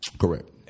correct